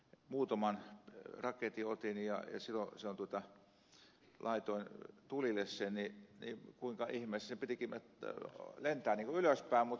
muutaman raketin otin ja laitoin tulille sen niin kuinka ihmeessä sen piti lentää ylöspäin mutta jostain syystä se poksahtikin siinä paikallaan